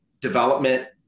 development